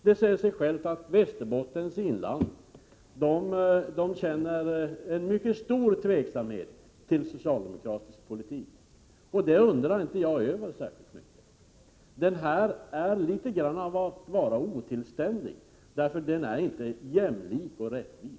Det säger sig självt att människor i Västerbottens inland känner en mycket stor tveksamhet till socialdemokratisk politik, och det undrar jag inte särskilt mycket över. Den är litet otillständig, därför att den är ojämlik och orättvis.